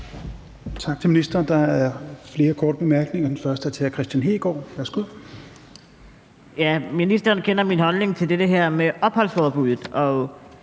Ministeren kender min holdning til det her med opholdsforbuddet.